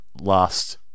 last